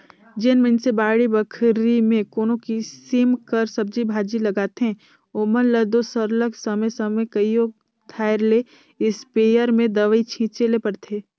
जेन मइनसे बाड़ी बखरी में कोनो किसिम कर सब्जी भाजी लगाथें ओमन ल दो सरलग समे समे कइयो धाएर ले इस्पेयर में दवई छींचे ले परथे